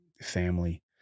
family